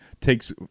takes –